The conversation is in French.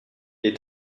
est